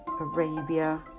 Arabia